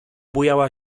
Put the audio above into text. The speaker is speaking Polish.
bujała